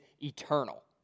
eternal